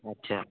अच्छा